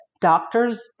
Doctors